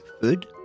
food